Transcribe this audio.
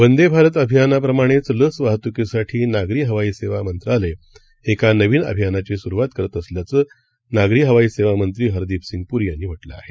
वंदेभारतअभियानाप्रमाणेचलसवाहतुकीसाठीनागरीहवाईसेवामंत्रालयएकानवीनअभियानाचीसुरवातकरतअसल्याचं नागरीहवाईसेवामंत्रीहरदीपसिंगपुरीयांनीम्हटलंआहे